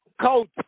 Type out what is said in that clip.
Coach